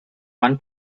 one